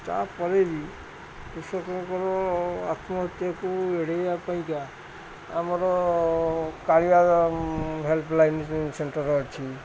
ତା'ପରେ ବି କୃଷକଙ୍କର ଆତ୍ମହତ୍ୟାକୁ ଏଡ଼େଇବା ପାଇଁକା ଆମର କାଳିଆ ହେଲ୍ପଲାଇନ୍ ସେଣ୍ଟର ଅଛି